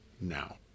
now